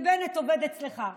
שבנט עובד אצלך,